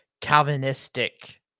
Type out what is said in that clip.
Calvinistic